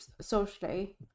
socially